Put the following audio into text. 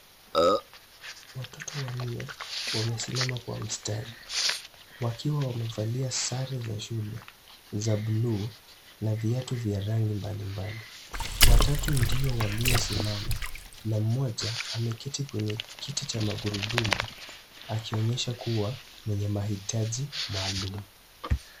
Watoto wanne wamesimama kwa mstari wakiwa wamevalia sare za shule za buluu na viatu vya rangi mbalimbali. Watatu ndio waliosimama na mmoja ameketi kwenye kiti cha magurudumu akionyesha kua mwenye mahitaji maalum.